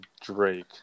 Drake